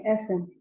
essence